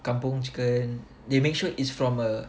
kampung chicken they make sure it's from a